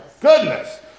goodness